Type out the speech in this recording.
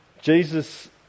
Jesus